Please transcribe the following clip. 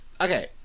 Okay